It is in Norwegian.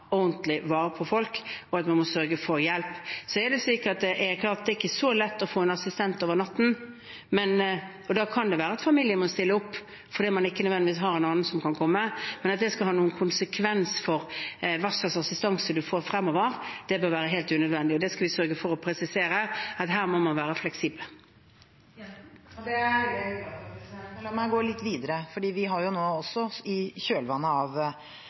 ordentlig vare på folk, og at man må sørge for hjelp. Det er klart at det er ikke så lett å få en assistent over natten, og da kan det være at familien må stille opp fordi man ikke nødvendigvis har en annen som kan komme, men at det skal ha noen konsekvens for hva slags assistanse man får fremover, bør være helt unødvendig. Det skal vi sørge for å presisere, at her må man være fleksibel. Det blir oppfølgingsspørsmål – først Siv Jensen. Det er jeg veldig glad for, men la meg gå litt videre. Vi har i kjølvannet av denne pandemien også fått en ganske kraftig oppblomstring av